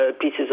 pieces